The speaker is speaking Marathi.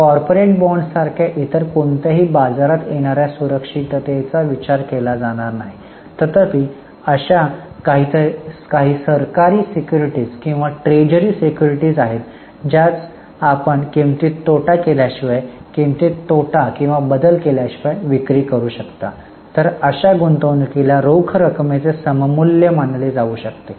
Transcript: कॉर्पोरेट बॉन्ड्स सारख्या इतर कोणत्याही बाजारात येणार्या सुरक्षिततेचा विचार केला जाणार नाही तथापि अशा काही सरकारी सिक्युरिटीज किंवा ट्रेझरी सिक्युरिटीज आहेत ज्यास आपण किंमतीत तोटा केल्याशिवाय किंमतीत तोटा किंवा बदल केल्याशिवाय विक्री करू शकता तर अशा गुंतवणूकीला रोख रकमेचे सममूल्य मानले जाऊ शकते